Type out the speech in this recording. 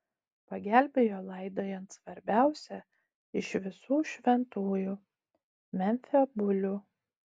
pagelbėjo laidojant svarbiausią iš visų šventųjų memfio bulių